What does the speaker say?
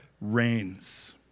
reigns